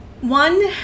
One